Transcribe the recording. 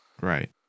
Right